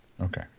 Okay